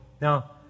Now